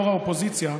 יו"ר האופוזיציה,